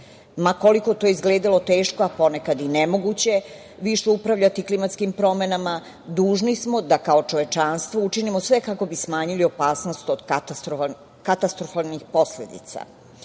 Ma koliko to izgledalo teško, a ponekad i nemoguće vi što upravljate klimatskim promenama dužni smo da kao čovečanstvo učinimo sve kako bi smanjili opasnost od katastrofalnih posledica.